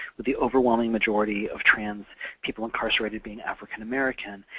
with the overwhelming majority of trans people incarcerated being african american,